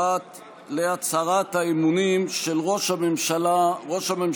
להצהרת האמונים של ראש הממשלה,